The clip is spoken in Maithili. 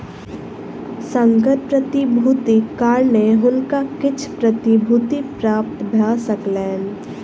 संकर प्रतिभूतिक कारणेँ हुनका किछ प्रतिभूति प्राप्त भ सकलैन